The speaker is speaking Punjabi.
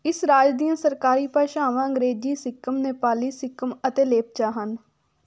ਇਸ ਰਾਜ ਦੀਆਂ ਸਰਕਾਰੀ ਭਾਸ਼ਾਵਾਂ ਅੰਗਰੇਜ਼ੀ ਸਿੱਕਮ ਨੇਪਾਲੀ ਸਿੱਕਮ ਅਤੇ ਲੇਪਚਾ ਹਨ